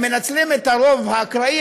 הם מנצלים את הרוב האקראי,